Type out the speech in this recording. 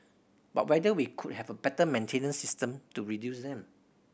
but whether we could have a better maintenance system to reduce them